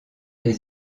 des